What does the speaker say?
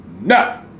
No